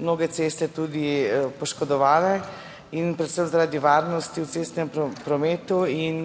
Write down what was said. mnoge ceste tudi poškodovale in predvsem zaradi varnosti v cestnem prometu in